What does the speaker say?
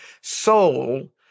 soul